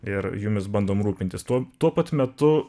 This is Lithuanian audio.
ir jumis bandom rūpintis tuo tuo pat metu